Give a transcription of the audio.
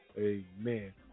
Amen